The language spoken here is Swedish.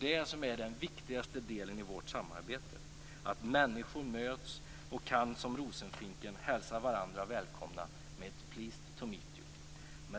Det är den viktigaste delen i vårt samarbete att människor möts och kan som rosenfinken hälsa varandra välkomna med pleased to meet you.